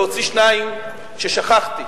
להוציא שניים ששכחתי.